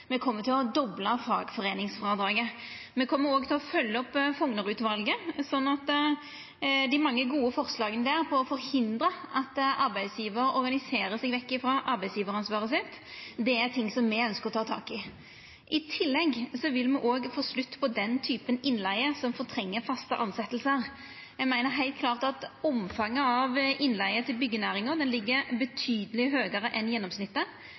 Me kjem til å dobla fagforeiningsfrådraget. Me kjem òg til å følgja opp Fougner-utvalet. Dei mange gode forslaga der når det gjeld å forhindra at arbeidsgjevarar organiserer seg vekk frå arbeidsgjevaransvaret sitt, er ting som me ønskjer å ta tak i. I tillegg vil me òg få slutt på den typen innleige som fortrengjer faste tilsetjingar. Eg meiner heilt klart at omfanget av innleige til byggenæringa er betydeleg større enn gjennomsnittet. I Oslo-området ser me at nivået ligg enno høgare enn